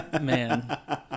man